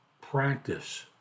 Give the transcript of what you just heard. Practice